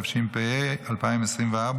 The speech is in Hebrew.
תשפ"ה 2024,